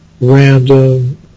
random